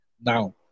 Now